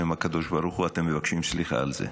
עם הקדוש ברוך הוא אתם מבקשים סליחה על זה.